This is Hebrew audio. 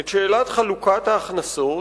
את שאלת חלוקת ההכנסות,